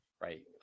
right